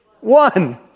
one